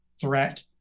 threat